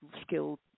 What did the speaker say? skilled